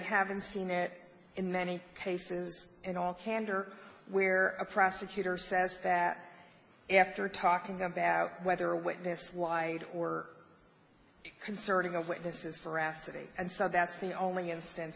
haven't seen it in many cases in all candor where a prosecutor says that after talking about whether a witness lie or concerning the witnesses for us and so that's the only instance